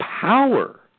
power